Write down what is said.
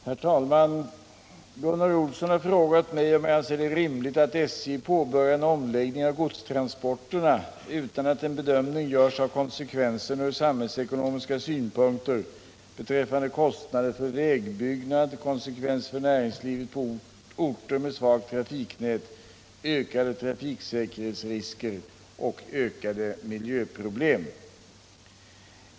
Herr talman! Gunnar Olsson har frågat mig om jag anser det rimligt att SJ påbörjar en omläggning av godstransporterna utan att en bedömning görs av konsekvenserna ur samhällsekonomiska synpunkter beträffande kostnader för vägbyggnad, konsekvenser för näringslivet på orter med svagt trafiknät, ökade trafiksäkerhetsrisker och ökade miljöproblem.